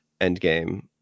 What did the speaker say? Endgame